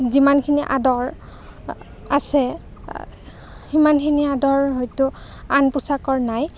যিমানখিনি আদৰ আছে সিমানখিনি আদৰ হয়তো আন পোচাকৰ নাই